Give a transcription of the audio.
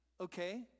Okay